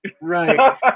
Right